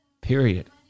Period